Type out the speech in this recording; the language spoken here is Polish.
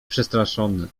przestraszony